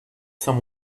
some